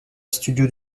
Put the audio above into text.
studio